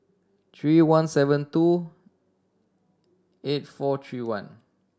three one seven two eight four three one